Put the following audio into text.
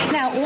Now